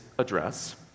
Address